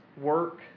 Work